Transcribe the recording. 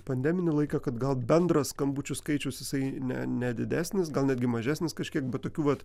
pandeminį laiką kad gal bendras skambučių skaičius jisai ne ne didesnis gal netgi mažesnis kažkiek bet tokių vat